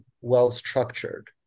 well-structured